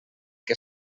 que